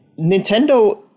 Nintendo